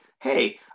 hey